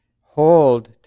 hold